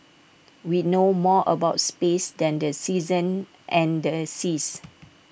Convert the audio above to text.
we know more about space than the seasons and the seas